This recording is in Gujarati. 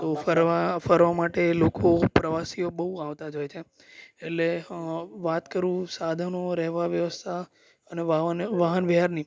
તો ફરવા ફરવા માટે લોકો પ્રવાસીઓ બહુ આવતા જ હોય છે એટલે વાત કરું સાધનો રહેવા વ્યવસ્થા અને વાહન વ્યવહારની